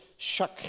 Shuck